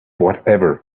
whatever